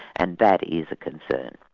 and that is a concern.